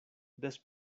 des